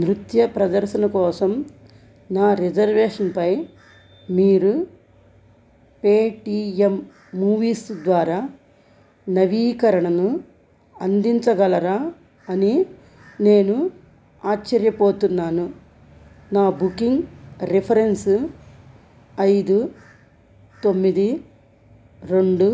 నృత్య ప్రదర్శన కోసం నా రిజర్వేషన్పై మీరు పేటీఎం మూవీస్ ద్వారా నవీకరణను అందించగలరా అని నేను ఆశ్చర్యపోతున్నాను నా బుకింగ్ రిఫరెన్స్ ఐదు తొమ్మిది రెండు